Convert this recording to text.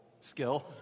skill